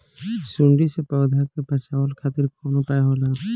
सुंडी से पौधा के बचावल खातिर कौन उपाय होला?